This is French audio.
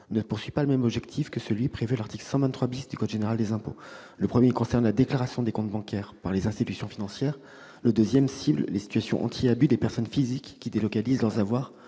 ne poursuit pas le même objectif que celui qui est prévu à l'article 123 du même code. Le premier concerne la déclaration des comptes bancaires par les institutions financières ; le second cible les situations anti-abus visant les personnes physiques qui délocalisent leurs avoirs